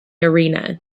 arena